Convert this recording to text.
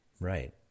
right